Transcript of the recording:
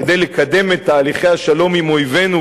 כדי לקדם את תהליכי השלום עם אויבינו,